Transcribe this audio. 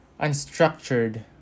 unstructured